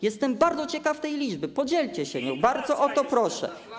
Jestem bardzo ciekaw tej liczby, podzielcie się nią, bardzo o to proszę.